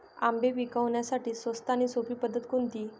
आंबे पिकवण्यासाठी स्वस्त आणि सोपी पद्धत कोणती?